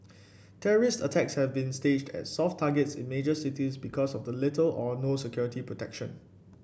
terrorist attacks have been staged at soft targets in major cities because of the little or no security protection